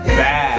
bad